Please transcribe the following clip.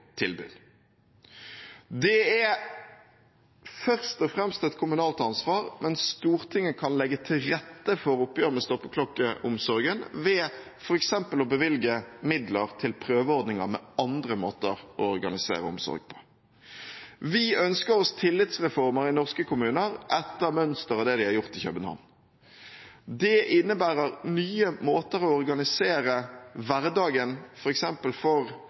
tilbud. Det er først og fremst et kommunalt ansvar, men Stortinget kan legge til rette for oppgjør med stoppeklokkeomsorgen ved f.eks. å bevilge midler til prøveordninger med andre måter å organisere omsorg på. Vi ønsker oss tillitsreformer i norske kommuner etter mønster av det de har gjort i København. Det innebærer nye måter å organisere hverdagen f.eks. for